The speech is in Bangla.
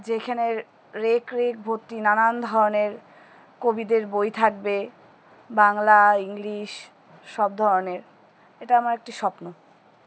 যেখানে রেক রেক ভর্তি নানান ধরনের কবিদের বই থাকবে বাংলা ইংলিশ সব ধরনের এটা আমার একটি স্বপ্ন